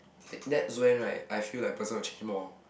like that's when right I feel like person will change more